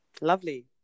lovely